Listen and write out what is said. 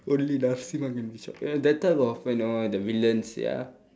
only narasimha can be shot ya that type of you know the villains ya